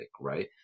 right